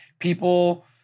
People